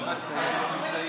קבוצת סיעת יהדות התורה וקבוצת